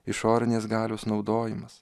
išorinės galios naudojimas